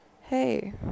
Hey